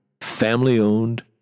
family-owned